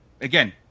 again